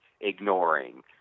ignoring